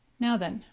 now then,